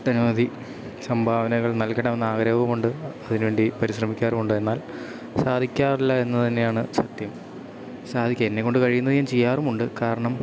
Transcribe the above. ഒട്ടനവധി സംഭാവനകൾ നൽകണമെന്നാഗ്രഹവുമുണ്ട് അതിനു വേണ്ടി പരിശ്രമിക്കാറുമുണ്ട് എന്നാൽ സാധിക്കാറില്ല എന്നു തന്നെയാണ് സത്യം സാധിക്കുക എന്നെ കൊണ്ടു കഴിയുന്നത് ഞാൻ ചെയ്യാറുമുണ്ട് കാരണം